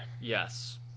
yes